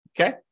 Okay